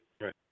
right